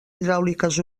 hidràuliques